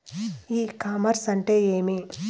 ఇ commerce అంటే ఏమి?